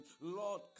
Lord